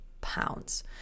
pounds